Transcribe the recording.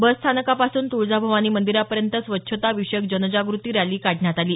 बस स्थानकापासून तुळजाभवानी मंदिरापयँत स्वच्छता विषयक जनजागृती रॅली काढण्यात आली